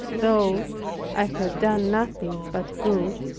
though i had done nothing but good,